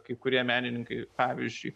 kai kurie menininkai pavyzdžiui